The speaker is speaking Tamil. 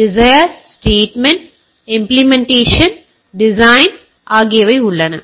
டிசையர் ஸ்டேட்மெண்ட் இம்பிளிமெண்டேஷன் மற்றும் டிசைன் ஆகியவை உள்ளன